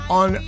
on